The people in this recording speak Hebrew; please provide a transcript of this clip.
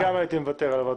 גם אני הייתי מוותר עליו.